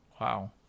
Wow